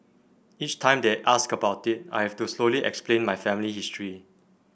each time they ask about it I have to slowly explain my family history